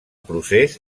procés